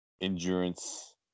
endurance